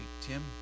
Tim